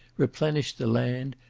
replenished the land,